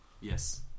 Yes